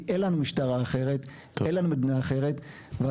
כי אין לנו משטרה אחרת, אין לנו מדינה אחרת.